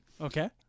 Okay